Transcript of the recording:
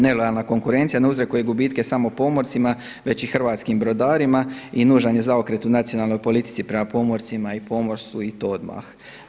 Nelojalna konkurencija ne uzrokuje gubitke samo pomorcima već i hrvatskim brodarima i nužan je zaokret u nacionalnoj politici prema pomorcima i pomorstvu i to odmah.